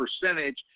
percentage